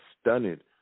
stunned